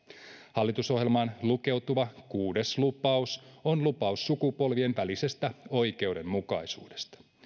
hallitusohjelmaan lukeutuva kuudes lupaus on lupaus sukupolvien välisestä oikeudenmukaisuudesta